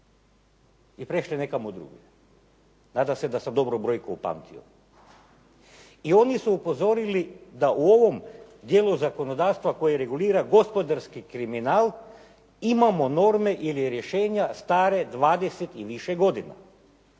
je prešlo nekamo drugdje. Nadam se da sam dobro brojku upamtio. I oni su upozorili da u ovom dijelu zakonodavstva koji regulira gospodarski kriminal imamo norme ili rješenja stare 20 ili više godina.